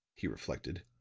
he reflected,